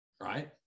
right